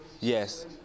Yes